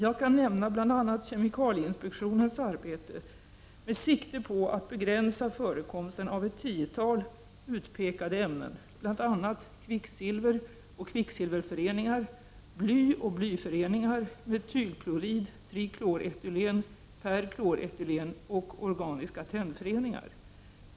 Jag kan nämna bl.a. kemikalieinspektionens arbete med sikte på att begränsa förekomsten av ett tiotal utpekade ämnen, bl.a. kvicksilver och kvicksilverföreningar, bly och blyföreningar, metylenklorid, trikloretylen, perkloretylen och organiska tennföreningar.